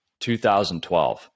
2012